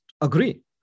agree